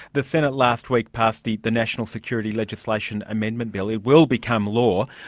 the senate last week passed the the national security legislation amendment bill. it will become law.